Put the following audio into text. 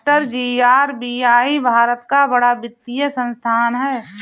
मास्टरजी आर.बी.आई भारत का बड़ा वित्तीय संस्थान है